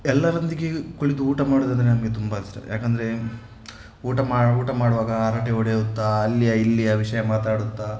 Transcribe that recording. ಎಲ್ಲರೊಂದಿಗೆ ಕುಳಿತು ಊಟ ಮಾಡುವುದಂದ್ರೆ ನನಗೆ ತುಂಬ ಇಷ್ಟ ಯಾಕೆಂದರೆ ಊಟ ಮಾ ಊಟ ಮಾಡುವಾಗ ಹರಟೆ ಹೊಡೆಯುತ್ತಾ ಅಲ್ಲಿಯ ಇಲ್ಲಿಯ ವಿಷಯ ಮಾತಾಡುತ್ತಾ